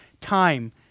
time